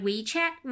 WeChat